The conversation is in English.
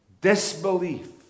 disbelief